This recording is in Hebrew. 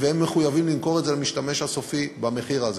והם מחויבים למכור את זה למשתמש הסופי במחיר הזה.